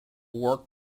work